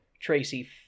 Tracy